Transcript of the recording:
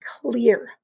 clear